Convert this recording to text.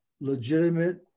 legitimate